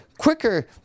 Quicker